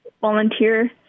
volunteer